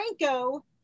Franco